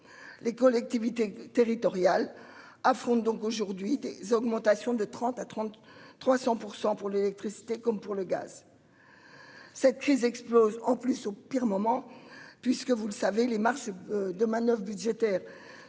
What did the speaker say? Les collectivités territoriales affronte donc aujourd'hui des augmentations de 30 à 30 300 % pour l'électricité, comme pour le gaz. Cette crise explose en plus au pire moment puisque vous le savez, les marges de manoeuvre budgétaires